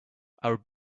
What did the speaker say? our